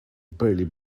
barely